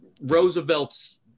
roosevelt's